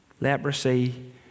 Leprosy